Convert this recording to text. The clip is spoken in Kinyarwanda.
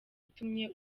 itumye